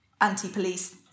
anti-police